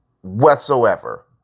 Whatsoever